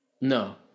No